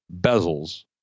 Bezels